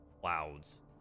clouds